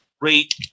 great